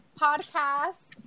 podcast